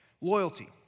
Loyalty